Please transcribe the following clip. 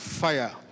fire